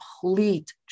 complete